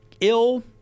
ill